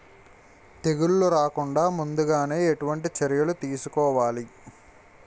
తెగుళ్ల రాకుండ ముందుగానే ఎటువంటి చర్యలు తీసుకోవాలి?